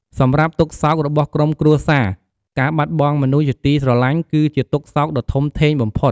សម្រាប់ទុក្ខសោករបស់ក្រុមគ្រួសារ៖ ការបាត់បង់មនុស្សជាទីស្រឡាញ់ គឺជាទុក្ខសោកដ៏ធំធេងបំផុត។